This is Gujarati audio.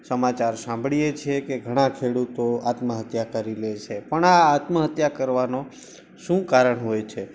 સમાચાર સાંભળીએ છીએ કે ઘણા ખેડૂતો આત્માહત્યા કરી લે છે પણ આ આત્મહત્યા કરવાનું શું કારણ હોય છે